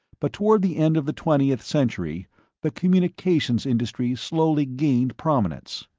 but toward the end of the twentieth century the communications industries slowly gained prominence.